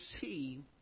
see